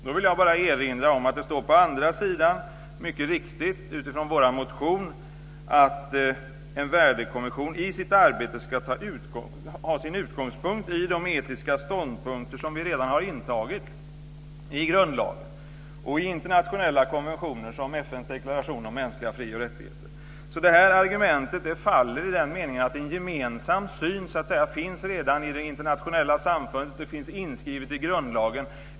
Då vill jag bara erinra om att det på andra sidan står, mycket riktigt utifrån vår motion, att en värdekommission i sitt arbete ska ha sin utgångspunkt i de etiska ståndpunkter som vi redan har intagit i grundlagen och internationella konventioner som FN:s deklaration om mänskliga fri och rättigheter. Det här argumentet faller alltså i den meningen att en gemensam syn redan finns i det internationella samfundet. Det finns inskrivet i grundlagen.